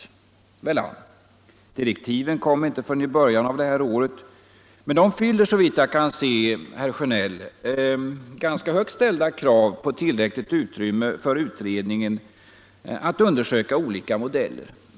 Välan — direktiven kom inte förrän i början av det här året, men de fyller såvitt jag kan se, herr Sjönell, ganska högt ställda krav på tillräckligt utrymme för utredningen att undersöka olika modeller.